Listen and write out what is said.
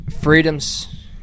freedoms